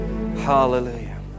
Hallelujah